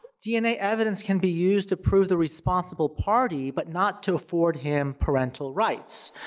dna evidence can be used to prove the responsible party, but not to afford him parental rights.